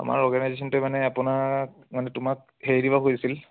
আমাৰ অৰ্গেনাইজেচনটতে মানে আপোনাক মানে তোমাক হেৰি দিবা খুজিছিল